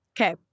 okay